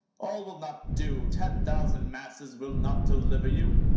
all will not do, ten thousand masses will not deliver you.